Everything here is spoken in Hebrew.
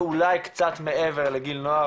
ואולי קצת מעבר לגיל נוער,